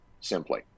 simply